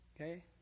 Okay